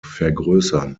vergrößern